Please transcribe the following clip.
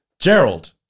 Gerald